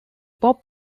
pop